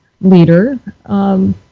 leader